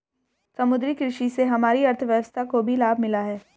समुद्री कृषि से हमारी अर्थव्यवस्था को भी लाभ मिला है